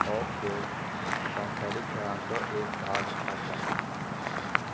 हो खेळ संवसारीक खेळांचो एक भाग आसा